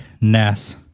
Ness